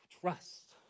trust